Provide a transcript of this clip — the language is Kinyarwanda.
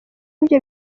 ibyo